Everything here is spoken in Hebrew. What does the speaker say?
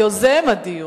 יוזם הדיון,